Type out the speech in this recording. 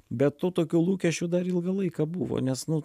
bet tų tokių lūkesčių dar ilgą laiką buvo nes nu